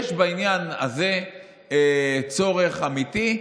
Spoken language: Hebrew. יש בעניין הזה צורך אמיתי.